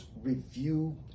review